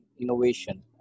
innovation